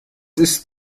ist